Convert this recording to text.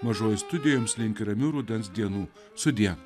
mažoji studija jums linki ramių rudens dienų sudie